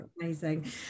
amazing